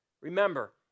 Remember